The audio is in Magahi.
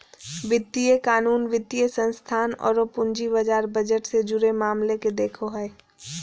वित्तीय कानून, वित्तीय संस्थान औरो पूंजी बाजार बजट से जुड़े मामले के देखो हइ